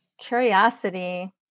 Curiosity